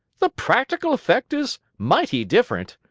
the practical effect is mighty different.